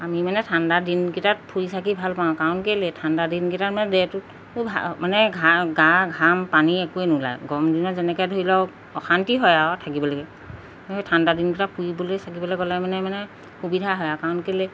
আমি মানে ঠাণ্ডা দিনকেইটাত ফুৰি চাকি ভাল পাওঁ কাৰণ কেলে ঠাণ্ডা দিনকেইটাত মানে ডেটোত খুব মানে গা ঘাম পানী একোৱেই নোলায় গৰম দিনত যেনেকৈ ধৰি লওক অশান্তি হয় আৰু থাকিবলৈকে ঠাণ্ডা দিনকেইটা ফুৰিবলৈ চাকিবলৈ গ'লে মানে মানে সুবিধা হয় আৰু কাৰণ কেলে